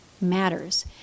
matters